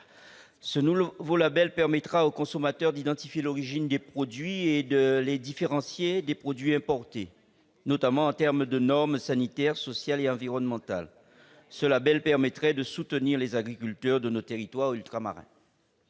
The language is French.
Ce nouveau label permettra au consommateur d'identifier l'origine des produits et de les différencier des produits importés, notamment du point de vue des normes sanitaires, sociales et environnementales. Cela représenterait un soutien pour les agriculteurs de nos territoires ultramarins.